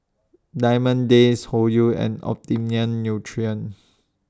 Diamond Days Hoyu and Optimum Nutrition